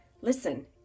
Listen